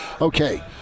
Okay